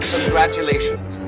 Congratulations